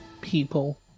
people